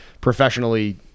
professionally